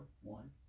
one